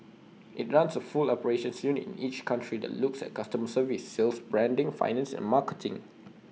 IT runs A full operations unit in each country that looks at customer service sales branding finance and marketing